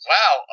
Wow